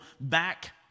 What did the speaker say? back